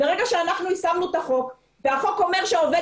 ברגע שאנחנו חוקקנו את החוק והחוק אומר שעובד